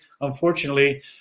unfortunately